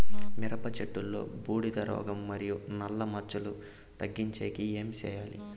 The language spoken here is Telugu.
మిరప చెట్టులో బూడిద రోగం మరియు నల్ల మచ్చలు తగ్గించేకి ఏమి చేయాలి?